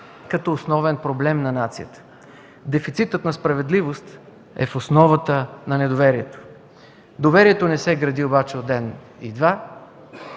като основен проблем на нацията. Дефицитът на справедливост е в основата на недоверието. Доверието не се гради обаче за ден и два,